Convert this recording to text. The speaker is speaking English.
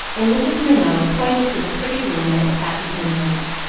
and mrs. minot pointed to the pretty room and its happy inmates.